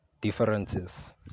differences